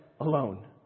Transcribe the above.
alone